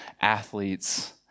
athletes